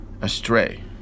astray